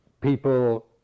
people